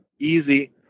easy